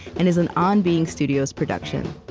and is an on being studios production.